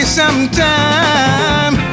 sometime